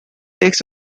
takes